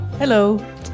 Hello